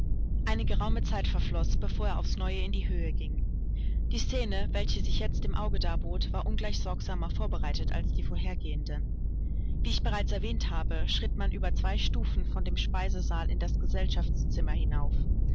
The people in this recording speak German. eine geraume zeit verfloß bevor er aufs neue in die höhe ging die scene welche sich jetzt dem auge darbot war ungleich sorgsamer vorbereitet als die vorhergehende wie ich bereits erwähnt habe schritt man über zwei stufen von dem speisesaal in das gesellschaftszimmer hinauf